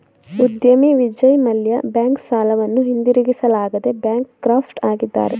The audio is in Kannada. ಉದ್ಯಮಿ ವಿಜಯ್ ಮಲ್ಯ ಬ್ಯಾಂಕ್ ಸಾಲವನ್ನು ಹಿಂದಿರುಗಿಸಲಾಗದೆ ಬ್ಯಾಂಕ್ ಕ್ರಾಫ್ಟ್ ಆಗಿದ್ದಾರೆ